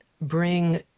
bring